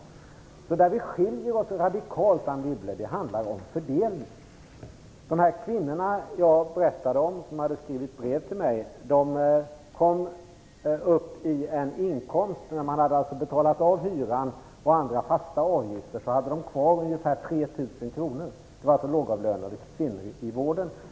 Den punkt där vi skiljer oss åt radikalt, Anne De kvinnor som jag berättade hade skrivit brev till mig hade kvar ungefär 3 000 kr när de hade betalat hyran och andra fasta avgifter. Det skulle räcka till mat, kläder, dagligvaror, osv. Det var alltså lågavlönade kvinnor i vården.